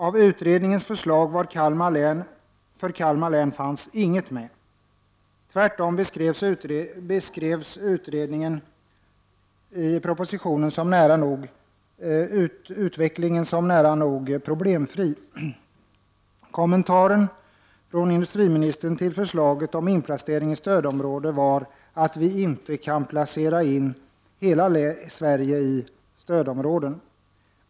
Av utredningens förslag för Kalmar län fanns inget med. Tvärtom beskrevs utvecklingen i propositionen som nära nog problemfri. Kommentaren från industriministern till förslaget om inplacering i stödområde var att vi inte kan placera in hela Sverige i stödområden.